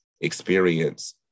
experience